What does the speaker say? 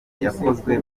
yakozwe